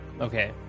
Okay